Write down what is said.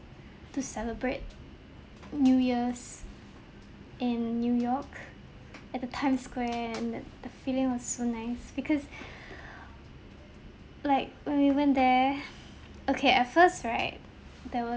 to celebrate new year's in new york at the times square and the the feeling was so nice because like when we went there okay at first right there was